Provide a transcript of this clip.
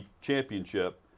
championship